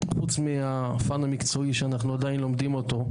חוץ מהפן המקצועי שאנחנו עדיין לומדים אותו,